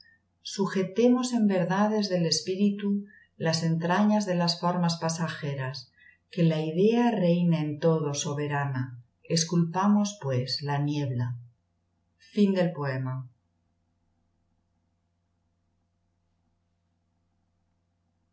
sujetemos en verdades del espíritu las entrañas de las formas pasajeras que la idea reine en todo soberana esculpamos pues la niebla